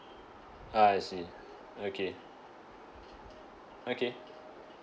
ah I see okay okay